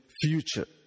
future